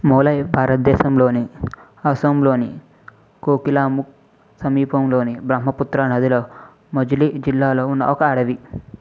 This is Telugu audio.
మొలై భారతదేశంలోని అసోంలోని కోకిలాముఖ్ సమీపంలోని బ్రహ్మపుత్ర నదిలో మజులి జిల్లాలో ఉన్న ఒక అడవి